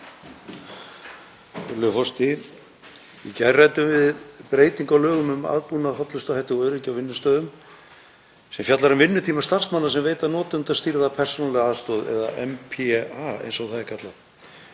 Virðulegur forseti. Í gær ræddum við breytingu á lögum um aðbúnað, hollustuhætti og öryggi á vinnustöðum sem fjallar um vinnutíma starfsmanna sem veita notendastýrða persónulega aðstoð eða NPA eins og það er kallað.